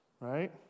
right